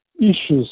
issues